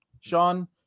Sean